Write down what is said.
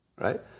right